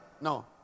No